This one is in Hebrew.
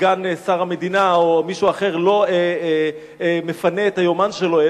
סגן שר המדינה או מישהו אחר לא מפנה את היומן שלו,